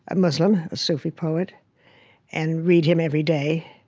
ah muslim, a sufi poet and read him every day,